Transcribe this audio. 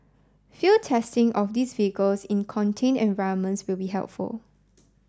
field testing of these vehicles in contained environments will be helpful